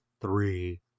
three